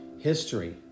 history